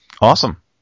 Awesome